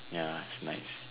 ya is nice